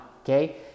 okay